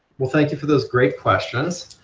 well thank you for those great questions.